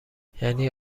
یعنی